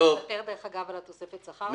אתה מוותר, דרך אגב, על התוספת שכר שלך?